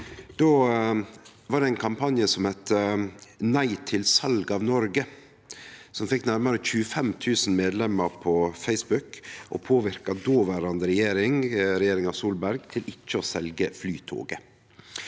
Då var det ein kampanje som heitte «Nei til salg av Norge», som fekk nærare 25 000 medlemer på Facebook og påverka den dåverande regjeringa, regjeringa Solberg, til ikkje å selje Flytoget.